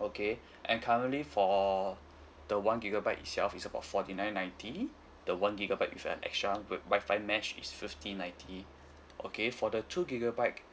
okay and currently for the one gigabyte itself is about forty nine ninety the one gigabyte with an extra Wi-Fi mesh is fifty ninety okay for the two gigabyte